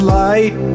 light